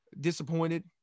disappointed